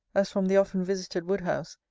as from the often-visited woodhouse,